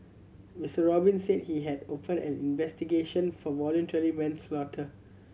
Mister Robin said he had opened an investigation for voluntary manslaughter